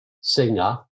singer